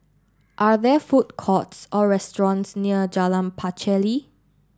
are there food courts or restaurants near Jalan Pacheli